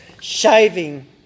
shaving